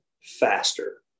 faster